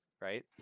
right